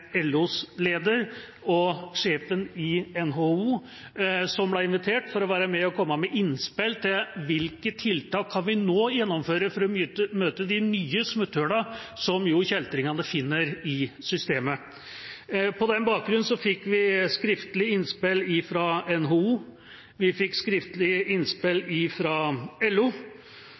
LOs leder og sjefen i NHO, som ble invitert for å være med og komme med innspill til hvilke tiltak vi nå kan gjennomføre for å møte de nye smutthullene som kjeltringene finner i systemet. På den bakgrunn fikk vi skriftlige innspill fra NHO. Vi fikk skriftlige innspill fra LO,